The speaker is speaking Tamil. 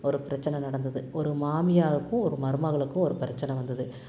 ஒரு பிரச்சனை நடந்தது ஒரு மாமியாருக்கும் ஒரு மருமகளுக்கும் ஒரு பிரச்சனை வந்தது